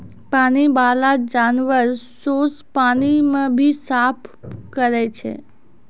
पानी बाला जानवर सोस पानी के भी साफ करै छै